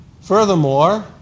Furthermore